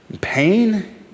pain